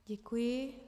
Děkuji.